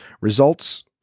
Results